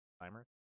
timer